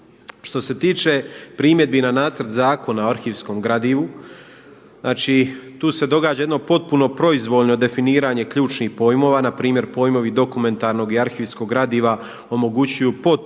Što se tiče primjedbi na Nacrt zakona o arhivskom gradivu, znači tu se događa jedno potpuno proizvoljno definiranje ključnih pojmova, na primjer pojmovi dokumentarnog i arhivskog gradiva omogućuju potpunu